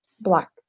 black